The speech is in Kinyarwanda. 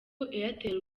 airtel